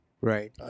Right